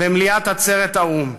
במליאת עצרת האו"ם.